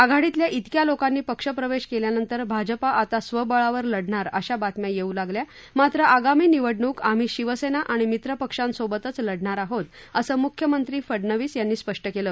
आघाडीतल्या इतक्या लोकांनी पक्षप्रवेश केल्यानंतर भाजपा आता स्वबळावर लढणार अशा बातम्या येऊ लागल्या मात्र आगामी निवडणूक आम्ही शिवसेना आणि मित्र पक्षांसोबतच लढणार आहोत असं मुख्यमंत्री फडनवीस यांनी यावेळी स्पष्ट केलं